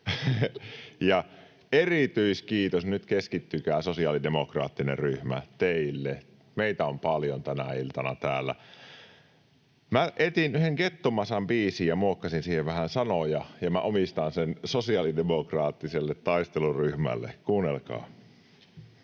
erityiskiitos, nyt keskittykää, sosiaalidemokraattinen ryhmä, teille. Meitä on paljon tänä iltana täällä. Minä etsin yhden Gettomasan biisin ja muokkasin siinä vähän sanoja. Minä omistan sen sosiaalidemokraattiselle taisteluryhmälle. Kuunnelkaa: